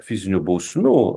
fizinių bausmių